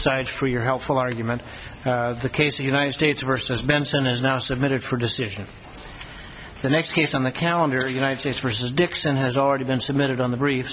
sides for your helpful argument the case the united states versus mention is now submitted for decision the next case on the calendar united states versus dixon has already been submitted on the br